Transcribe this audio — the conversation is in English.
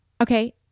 okay